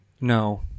no